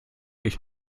ich